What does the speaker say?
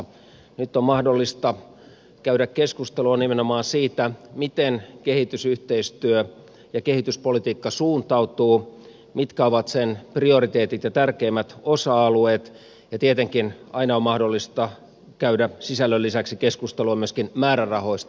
nyt on mahdollista käydä keskustelua nimenomaan siitä miten kehitysyhteistyö ja kehityspolitiikka suuntautuvat mitkä ovat niiden prioriteetit ja tärkeimmät osa alueet ja tietenkin aina on mahdollista käydä sisällön lisäksi keskustelua myöskin määrärahoista